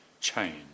change